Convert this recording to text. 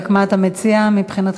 רק מה אתה מציע, מבחינתך?